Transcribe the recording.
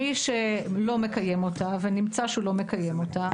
מי שלא מקיים אותה, ונמצא שהוא לא מקיים אותה